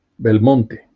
Belmonte